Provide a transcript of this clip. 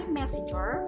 messenger